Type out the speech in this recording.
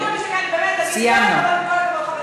עם כל הכבוד,